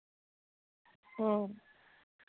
ᱦᱮᱸ